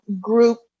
group